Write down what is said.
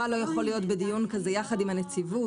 לא יכול להיות בדיון יחד עם הנציבות.